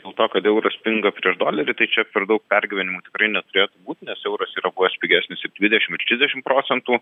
dėl to kad euras pinga prieš dolerį tai čia per daug pergyvenimų tikrai neturėtų būti nes euras yra buvęs pigesnis ir dvidešim ir trisdešim procentų